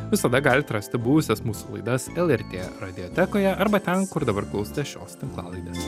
visada galit rasti buvusias mūsų laidas lrt radijotekoje arba ten kur dabar klausotės šios tinklalaidės